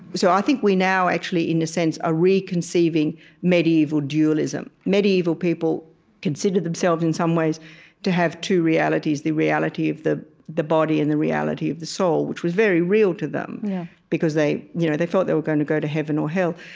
so i think we now, actually, in a sense, are reconceiving medieval dualism. medieval people considered themselves in some ways to have two realities, the reality of the the body and the reality of the soul, which was very real to them because they you know they thought they were going to go to heaven or hell.